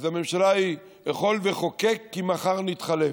אז הממשלה היא אכול וחוקק כי מחר נתחלף.